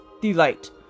delight